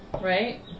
Right